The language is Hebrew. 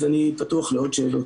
אז אני פתוח לעוד שאלות.